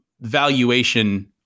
valuation